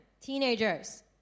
Teenagers